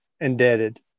indebted